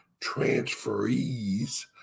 transferees